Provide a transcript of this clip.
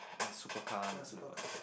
nice super car